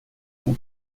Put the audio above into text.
com